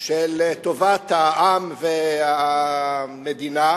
של טובת העם והמדינה,